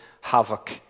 havoc